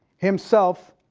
himself